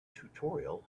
tutorial